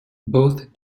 both